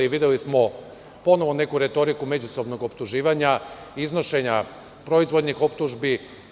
Videli smo ponovo neku retoriku međusobnog optuživanja, iznošenja proizvoljnih optužbi.